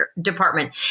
department